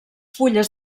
fulles